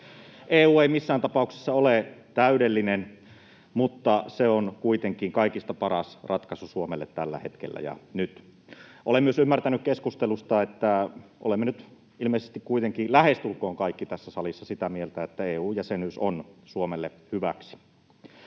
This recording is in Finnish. EU ei missään tapauksessa ole täydellinen, mutta se on kuitenkin kaikista paras ratkaisu Suomelle tällä hetkellä ja nyt. Olen myös ymmärtänyt keskustelusta, että olemme nyt ilmeisesti kuitenkin lähestulkoon kaikki tässä salissa sitä mieltä, että EU-jäsenyys on Suomelle hyväksi.